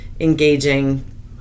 engaging